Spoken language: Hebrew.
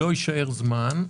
לא יישאר זמן.